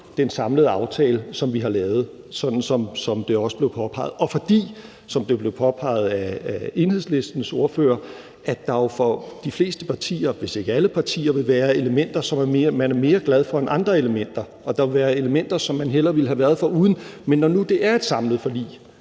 den samlede aftale, som vi har lavet, som det også blev påpeget. Som det blev påpeget af Enhedslistens ordfører, vil der for de fleste partier, hvis ikke alle partier, være elementer, som man er mere glad for end andre elementer, og der vil være elementer, som man hellere ville have været foruden, men når nu det er et samlet forlig,